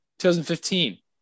2015